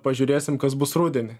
pažiūrėsim kas bus rudenį